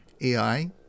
AI